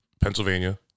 Pennsylvania